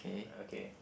okay